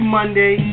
Monday